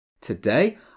Today